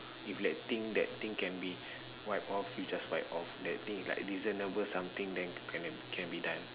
if that thing that thing can be wipe off you just wipe off that thing is like reasonable something then can can be done